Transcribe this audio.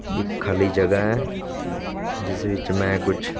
ਇੱਕ ਖਾਲੀ ਜਗ੍ਹਾ ਹੈ ਜਿਸ ਵਿੱਚ ਮੈਂ ਕੁਛ